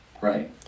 Right